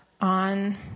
on